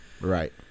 Right